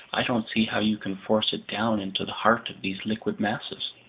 i don't see how you can force it down into the heart of these liquid masses.